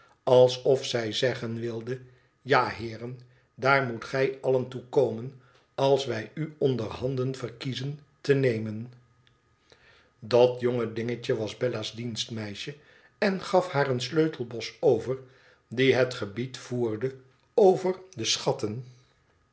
alsof zij zeggen wilde ja heeren daar moet gij allen toe komen als wij u onder handen verkiezen te nemen dat jone dingetje was bella's dienstmeisje en gaf haar een sleutelbos over die het gebied voerde over de schatten